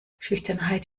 schüchternheit